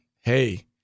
Hey